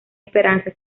esperanza